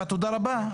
תודה רבה,